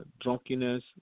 drunkenness